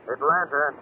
Atlanta